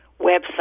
website